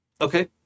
Okay